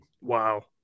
Wow